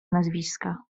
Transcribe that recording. nazwiska